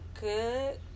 good